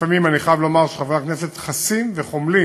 לפעמים אני חייב לומר שחברי הכנסת חסים וחומלים